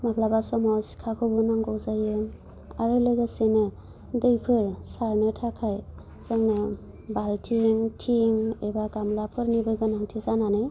माब्लाबा समाव सिखाखौबो नांगौ जायो आरो लोगोसेनो दैफोर सारनो थाखाय जोंनो बाल्थिं थिं एबा गामलाफोरनिबो गोनांथि जानानै